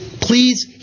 Please